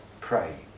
pray